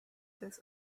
this